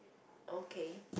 okay